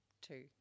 two